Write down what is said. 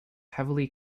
heavily